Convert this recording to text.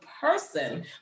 person